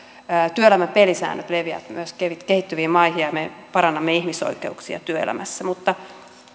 työelämän pelisäännöt leviävät myös kehittyviin maihin ja me parannamme ihmisoikeuksia työelämässä mutta